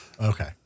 Okay